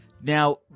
Now